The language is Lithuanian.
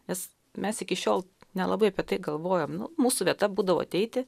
nes mes iki šiol nelabai apie tai galvojom nu mūsų vieta būdavo ateiti